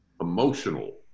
emotional